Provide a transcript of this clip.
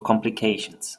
complications